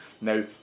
Now